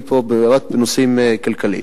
אני פה רק בנושאים כלכליים.